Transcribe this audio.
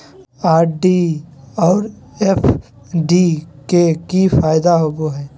RD और FD के की फायदा होबो हइ?